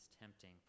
tempting